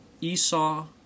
Esau